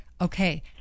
Okay